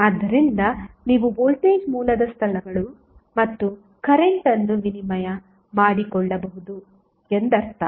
ಆದ್ದರಿಂದ ನೀವು ವೋಲ್ಟೇಜ್ ಮೂಲದ ಸ್ಥಳಗಳು ಮತ್ತು ಕರೆಂಟ್ ಅನ್ನು ವಿನಿಮಯ ಮಾಡಿಕೊಳ್ಳಬಹುದು ಎಂದರ್ಥ